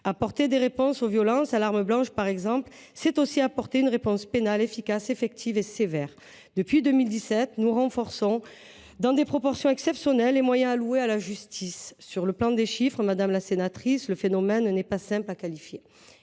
Lutter contre les violences à l’arme blanche passe aussi par une réponse pénale efficace, effective et sévère. Depuis 2017, nous renforçons, dans des proportions exceptionnelles, les moyens alloués à la justice. Quant aux chiffres, madame la sénatrice, le phénomène n’est pas simple à quantifier